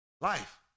life